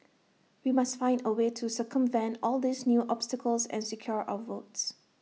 we must find A way to circumvent all these new obstacles and secure our votes